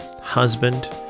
husband